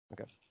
Okay